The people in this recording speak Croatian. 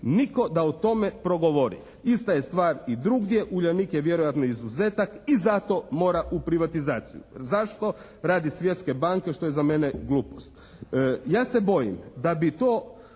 Nitko da o tome progovori. Ista je stvar i drugdje. "Uljanik" je vjerojatno izuzetak. I zato mora u privatizaciju. Zašto? Radi Svjetske banke, što je za mene glupost. Ja se bojim da bi to,